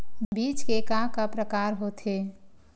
बीज के का का प्रकार होथे?